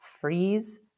freeze